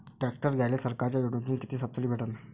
Tractor घ्यायले सरकारच्या योजनेतून किती सबसिडी भेटन?